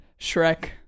Shrek